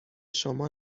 شما